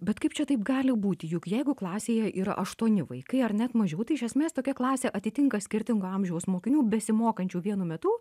bet kaip čia taip gali būti juk jeigu klasėje yra aštuoni vaikai ar net mažiau tai iš esmės tokia klasė atitinka skirtingo amžiaus mokinių besimokančių vienu metu